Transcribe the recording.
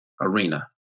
arena